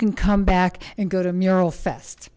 can come back and go to mural fest